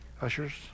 Ushers